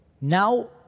Now